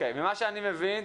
ממה שאני מבין,